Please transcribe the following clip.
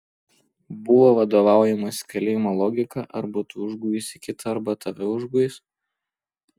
buvo vadovaujamasi kalėjimo logika arba tu užguisi kitą arba tave užguis